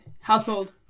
household